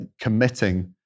committing